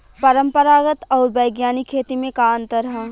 परंपरागत आऊर वैज्ञानिक खेती में का अंतर ह?